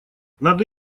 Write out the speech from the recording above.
надо